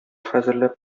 хәзерләп